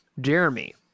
Jeremy